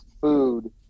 food